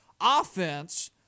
offense